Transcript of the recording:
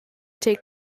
take